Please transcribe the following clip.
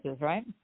right